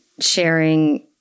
sharing